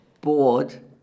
bored